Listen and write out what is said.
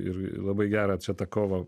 ir labai gera čia ta kova